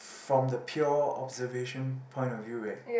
from the pure observation point of view right